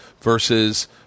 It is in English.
versus